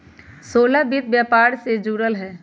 सोहेल वित्त व्यापार से जुरल हए